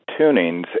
tunings